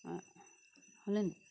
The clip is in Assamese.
অঁ হ'লে নে